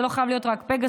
זה לא חייב להיות רק פגסוס,